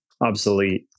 obsolete